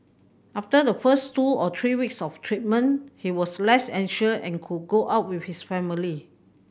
after the first two or three weeks of treatment he was less anxious and could go out with his family